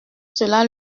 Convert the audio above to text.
cela